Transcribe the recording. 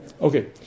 Okay